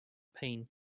pain